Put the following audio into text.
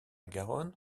garonne